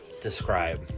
describe